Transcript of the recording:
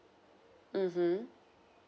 mmhmm